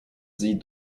sie